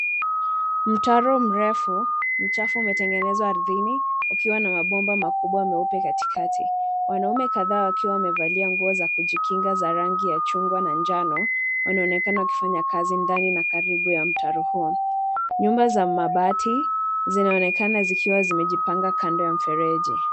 Mtaro mrefu, mchafu umetengenezwa ardhini, ukiwa na mabomba makubwa meupe katikati. Wanaume kadhaa wakiwa wamevalia nguo za kujikinga za rangi ya chungwa na njano, wanaonekana wakifanya kazi ndani na karibu ya mtaro huo. Nyumba za mabati zinaonekana zikiwa zimejipanga kando ya mfereji.